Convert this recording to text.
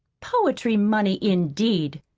poetry money, indeed!